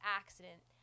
accident